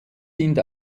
sind